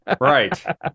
Right